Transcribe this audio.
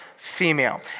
female